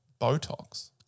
Botox